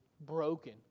broken